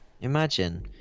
Imagine